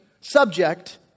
subject